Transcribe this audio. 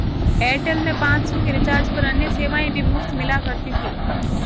Airtel में पाँच सौ के रिचार्ज पर अन्य सेवाएं भी मुफ़्त मिला करती थी